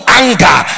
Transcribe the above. anger